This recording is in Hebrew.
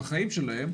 לחיים שלהם.